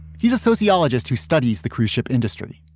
he's a sociologist who studies the cruise ship industry.